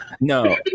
no